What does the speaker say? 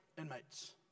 inmates